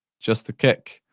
just the kick,